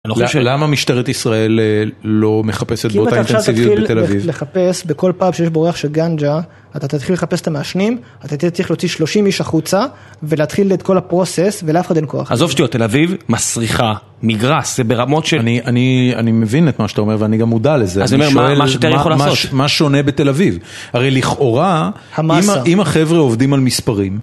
למה משטרת ישראל לא מחפשת באותה אינטנסיביות בתל אביב? אם אתה עכשיו תתחיל לחפש בכל פאב שיש בו ריח של גנג'ה, אתה תתחיל לחפש את המעשנים, אתה תצטרך להוציא שלושים איש החוצה ולהתחיל את כל הפרוסס ולאף אחד אין כוח. עזוב שטויות, תל אביב, מסריחה, מגראס, זה ברמות של... אני מבין את מה שאתה אומר ואני גם מודע לזה. מה שוטר יכול לעשות? מה שונה בתל אביב? הרי לכאורה, אם החבר'ה עובדים על מספרים...